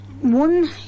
One